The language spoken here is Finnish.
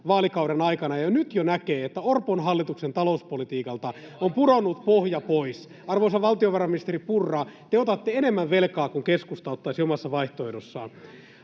vaalikauden aikana, ja jo nyt näkee, että Orpon hallituksen talouspolitiikalta on pudonnut pohja pois. Arvoisa valtiovarainministeri Purra, te otatte enemmän velkaa kuin keskusta ottaisi omassa vaihtoehdossaan.